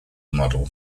model